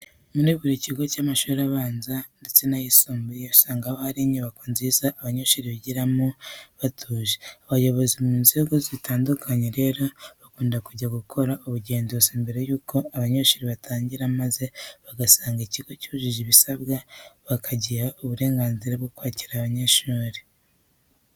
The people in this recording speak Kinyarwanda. Muri buri kigo cy'amashuri abanza ndetse n'ayisumbuye, usanga haba hari inyubako nziza abanyeshuri bigiramo batuje. Abayobozi mu nzego zitandukanye rero, bakunda kujya gukora ubugenzuzi mbere yuko abanyeshuri batangira maze basanga ikigo cyujuje ibisabwa bakagiha uburenganzira bwo kwakira abanyeshuri.